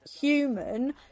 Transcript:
human